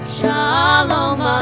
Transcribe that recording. Shalom